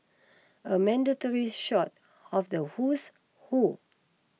a mandatory shot of the who's who